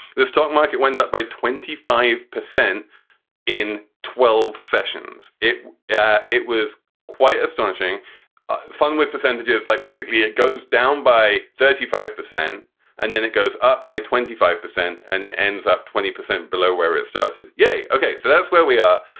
the stock market went up by twenty five percent in twelve sessions it yeah it was quite astonishing fun with percentages like basically it goes down by thirty five percent and then it goes up by twenty five percent and ends up twenty percent below where it started. yeah. ok so that's where we are.